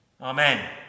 Amen